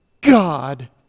God